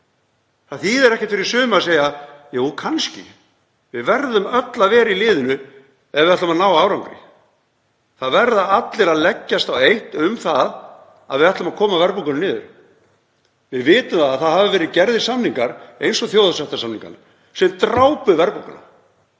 Það þýðir ekkert fyrir suma að segja: Jú, kannski. Við verðum öll að vera í liðinu ef við ætlum að ná árangri. Það verða allir að leggjast á eitt um það að við ætlum að koma verðbólgunni niður. Við vitum að það hafa verið gerðir samningar eins og þjóðarsáttarsamningarnir sem drápu verðbólguna.